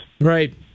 Right